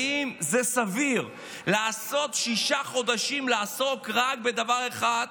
האם זה סביר שישה חודשים לעסוק רק בדבר אחד,